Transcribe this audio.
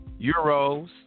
euros